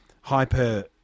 hyper